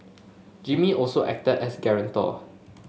Jimmy also acted as guarantor